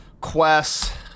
quests